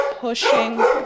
pushing